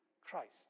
Christ